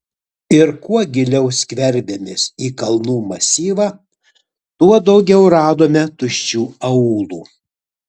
ir kuo giliau skverbėmės į kalnų masyvą tuo daugiau radome tuščių aūlų